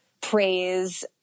praise